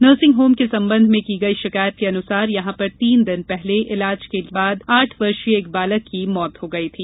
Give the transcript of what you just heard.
nursing home के संबंध में की गई शिकायत के अनुसार यहां पर तीन दिन पहले इलाज के बाद आठ वर्षीय एक बालक की मौत हो गई थी